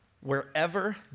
Wherever